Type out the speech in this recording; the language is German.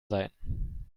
sein